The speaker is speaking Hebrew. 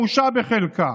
איך היא חמושה בחלקה?